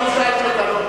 אני שאלתי אותה,